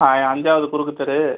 ஆ அஞ்சாவது குறுக்குத் தெரு